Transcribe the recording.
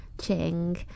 Ching